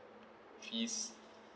fees